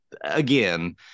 again